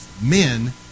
Men